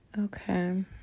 Okay